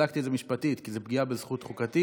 בדקתי את זה משפטית, כי זו פגיעה בזכות חוקתית.